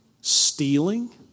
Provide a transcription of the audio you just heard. stealing